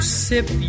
sip